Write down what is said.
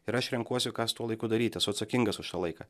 ir aš renkuosi ką su tuo laiku daryt esu atsakingas už tą laiką